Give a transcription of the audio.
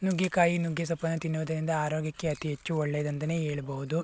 ನುಗ್ಗೆಕಾಯಿ ನುಗ್ಗೇಸೊಪ್ಪನ್ನು ತಿನ್ನುವುದರಿಂದ ಆರೋಗ್ಯಕ್ಕೆ ಅತಿ ಹೆಚ್ಚು ಒಳ್ಳೆಯದಂತನೇ ಹೇಳ್ಬೋದು